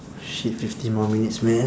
shit fifteen more minutes man